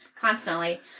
Constantly